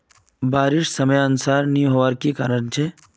बारिश समयानुसार नी होबार की कारण छे?